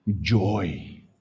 joy